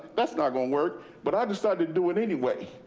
that's not gonna work. but i just started doing it anyway.